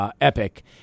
epic